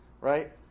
right